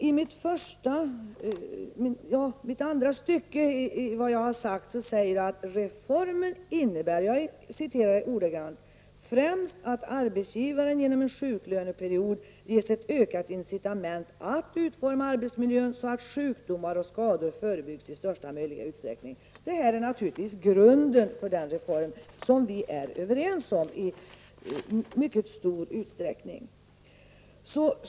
I början av mitt anförande sade jag att reformen innebär främst att arbetsgivaren genom en sjuklöneperiod ges ett ökat incitament att utforma arbetsmiljön så att sjukdomar och skador förebyggs i största möjliga utsträckning. Det är naturligtvis grunden för den reform som vi är överens om i mycket stor utsträckning.